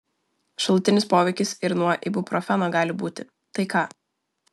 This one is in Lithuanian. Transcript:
šalutinis poveikis ir nuo ibuprofeno gali būti tai ką